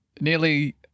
Nearly